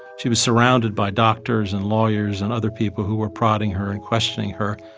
she was surrounded by doctors and lawyers and other people who were prodding her and questioning her.